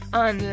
on